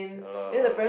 yeah lah